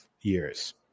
years